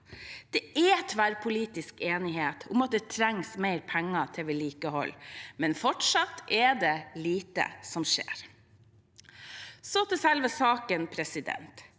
Det er tverrpolitisk enighet om at det trengs mer penger til vedlikehold, men fortsatt er det lite som skjer. Så til selve saken: